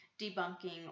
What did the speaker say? debunking